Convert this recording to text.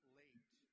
late